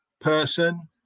person